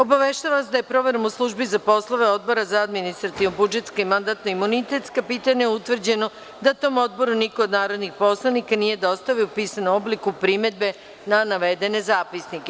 Obaveštavam vas da je proverom u Službi za poslove Odbora za administrativno budžetska i mandatno imunitetska pitanja utvrđeno da tom odboru niko od narodnih poslanika nije dostavio u pisanom obliku primedbe na navedene zapisnike.